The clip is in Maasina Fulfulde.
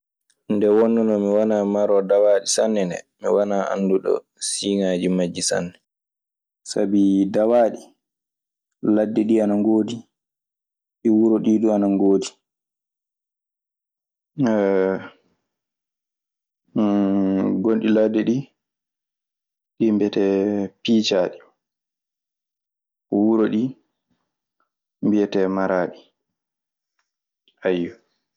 Nde wonnunoo mi wanaa maroowo dawaaɗe sanne nde, mi wanaa annduɗo siiŋaaji majji sanne. Sabi dawaaɗi, ɗi ladde ɗii ana ngoodi, ɗi wuro ɗii du ana ngoodi. Gonɗi ladde ɗii, ɗii mbiyetee piicaaɗi. Wuro ɗii mbiyetee maraaɗi, ayyo.